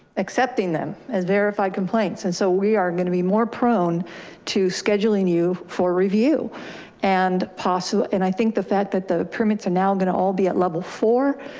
accepting them as verified complaints. and so we are going to be more prone to scheduling you for review and possible. and i think the fact that permits are now going to all be at level four.